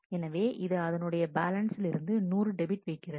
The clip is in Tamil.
எனவே இது அதனுடைய பேலன்ஸில் இருந்து 100 டெபிட் வைக்கிறது